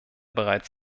bereits